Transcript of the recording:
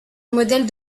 modèle